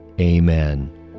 Amen